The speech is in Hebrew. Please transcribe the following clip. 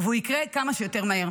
והוא יקרה כמה שיותר מהר.